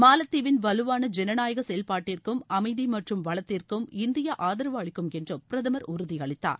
மாலத்தீவின் வலுவான ஜனநாயக செயல்பாட்டிற்கும் அமைதி மற்றும் வளத்திற்கும் இந்தியா ஆதரவு அளிக்கும் என்றும் பிரதமர் உறுதி அளித்தார்